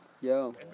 Yo